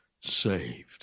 saved